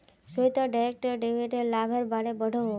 Shweta direct डेबिटेर लाभेर बारे पढ़ोहो